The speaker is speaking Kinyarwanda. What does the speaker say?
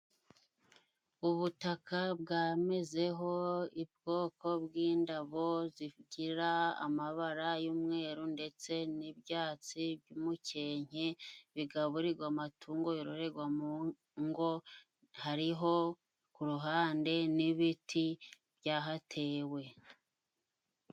Ubutaka bwamezeho ubwoko bw'indabo zigira amabara y'umweru ndetse n'ibyatsi by'umukenke bigaburirwa amatungo yororegwa mu ngo, hariho ku ruhande n'ibiti byahatewe.